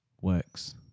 works